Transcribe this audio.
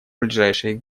ближайшие